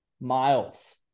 miles